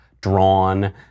drawn